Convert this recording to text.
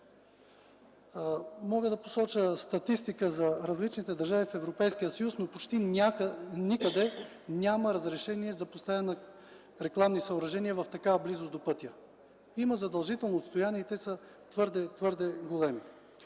Мога да посоча статистика за различните държави в Европейския съюз, но почти никъде няма разрешение за поставяне на рекламни съоръжения в такава близост до пътя. Има задължителни отстояния, но те са твърде големи.